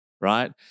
right